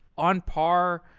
on par,